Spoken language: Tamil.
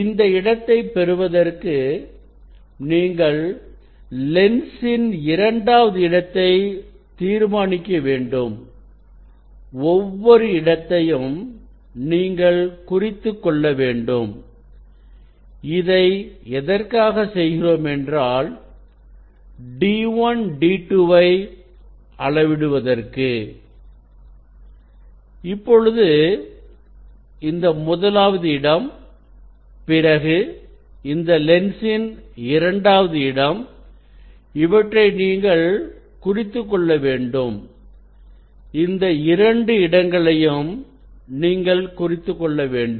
இந்த இடத்தை பெறுவதற்கு நீங்கள் லென்ஸின் இரண்டாவது இடத்தை தீர்மானிக்க வேண்டும் ஒவ்வொரு இடத்தையும் நீங்கள் குறித்துக்கொள்ள வேண்டும் இதை எதற்காக செய்கிறோம் என்றால் d1 d2 வை அளவிடுவதற்கு இப்பொழுது இந்த முதலாவது இடம் பிறகு இந்த லென்ஸின்இரண்டாவது இடம் இவற்றை நீங்கள் குறித்துக்கொள்ள வேண்டும் இந்த இரண்டு இடங்களையும் நீங்கள் குறித்துக்கொள்ள வேண்டும்